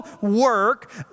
work